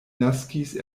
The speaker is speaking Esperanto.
naskis